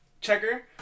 checker